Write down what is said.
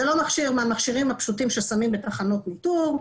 זה לא מכשיר מהמכשירים הפשוטים ששמים בתחנות ניטור.